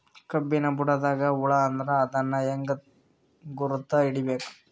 ಕಬ್ಬಿನ್ ಬುಡದಾಗ ಹುಳ ಆದರ ಅದನ್ ಹೆಂಗ್ ಗುರುತ ಹಿಡಿಬೇಕ?